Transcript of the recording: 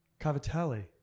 Cavatelli